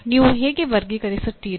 ನೀವು ಹೇಗೆ ವರ್ಗೀಕರಿಸುತ್ತೀರಿ